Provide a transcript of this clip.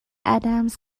adams